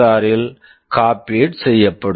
R SPSR ல் copied copied செய்யப்படும்